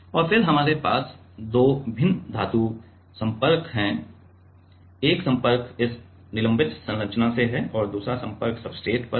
और फिर हमारे पास दो भिन्न धातु संपर्क हैं एक संपर्क इस निलंबित संरचना से है और दूसरा संपर्क सब्सट्रेट पर है